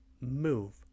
move